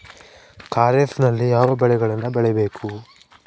ಖಾರೇಫ್ ನಲ್ಲಿ ಯಾವ ಬೆಳೆಗಳನ್ನು ಬೆಳಿಬೇಕು?